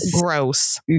gross